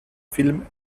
film